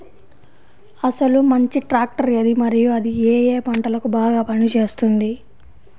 అసలు మంచి ట్రాక్టర్ ఏది మరియు అది ఏ ఏ పంటలకు బాగా పని చేస్తుంది?